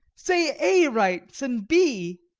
say a. writes, and b.